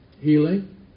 healing